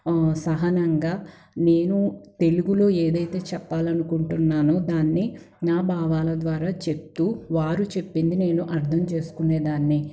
సహనంగా నేను తెలుగులో ఏదైతే చెప్పాలనుకుంటున్నానో దాన్ని నా భావాల ద్వారా చెప్తూ వారు చెప్పింది నేను అర్ధం చేసుకునేదాన్ని